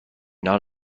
not